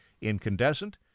incandescent